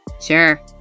Sure